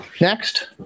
Next